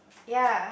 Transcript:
ya